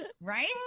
Right